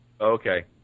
Okay